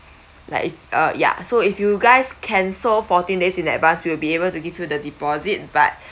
like if uh ya so if you guys cancel fourteen days in advance we will be able to give you the deposit but